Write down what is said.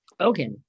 Okay